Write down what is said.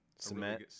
Cement